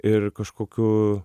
ir kažkokiu